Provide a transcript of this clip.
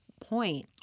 point